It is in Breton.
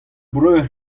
breur